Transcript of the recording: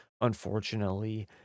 unfortunately